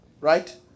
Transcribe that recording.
right